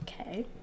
Okay